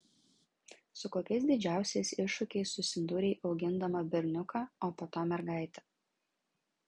su kokiais didžiausiais iššūkiais susidūrei augindama berniuką o po to mergaitę